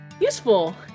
useful